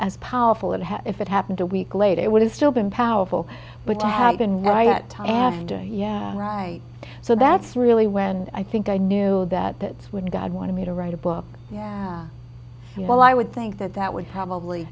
as powerful and if it happened a week later it would have still been powerful but to have been right that time yeah right so that's really when i think i knew that that's when god wanted me to write a book yeah well i would think that that would probably